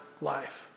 life